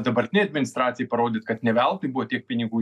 dabartinei administracijai parodyt kad ne veltui buvo tiek pinigų